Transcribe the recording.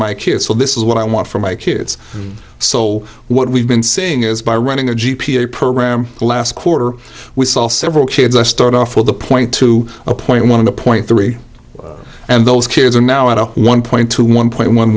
my kids so this is what i want for my kids so what we've been seeing is by running a g p a program last quarter we saw several kids i start off with a point to a point one of the point three and those kids are now at one point two one point